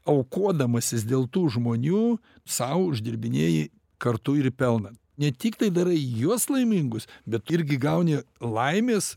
aukodamasis dėl tų žmonių sau uždirbinėji kartu ir pelną ne tiktai darai juos laimingus bet irgi gauni laimės